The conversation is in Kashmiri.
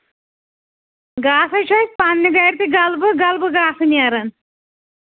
گاسہٕ ہَے چھُ اَسہِ پنٛنہِ گرِ تہِ غلبہٕ غلبہٕ گاسہٕ نیران